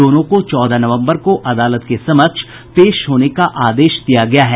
दोनों को चौदह नवम्बर को अदालत के समक्ष पेश होने का आदेश दिया गया है